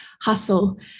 hustle